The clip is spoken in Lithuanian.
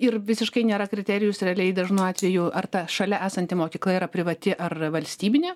ir visiškai nėra kriterijus realiai dažnu atveju ar ta šalia esanti mokykla yra privati ar valstybinė